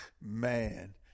man